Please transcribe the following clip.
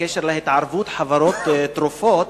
בקשר להתערבות חברות תרופות